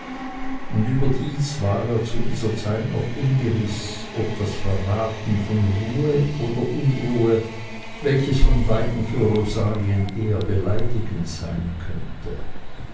und überdies war er zu dieser zeit noch ungewiß ob das verraten von ruhe oder unruhe welches von beiden für rosalien eher beleidigend sein könnte